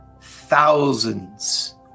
thousands